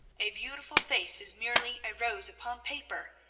a beautiful face is merely a rose upon paper,